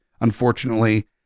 unfortunately